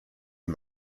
und